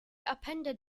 appended